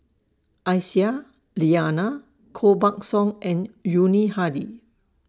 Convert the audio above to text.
Aisyah Lyana Koh Buck Song and Yuni Hadi